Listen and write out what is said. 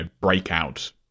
breakout